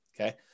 Okay